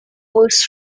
most